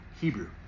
Hebrew